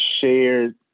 shared